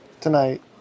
tonight